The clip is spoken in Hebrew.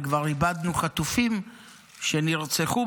וכבר איבדנו חטופים שנרצחו,